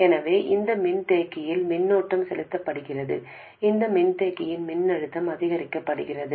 எனவே இந்த மின்தேக்கியில் மின்னோட்டம் செலுத்தப்படுகிறது இந்த மின்தேக்கியின் மின்னழுத்தம் அதிகரிக்கிறது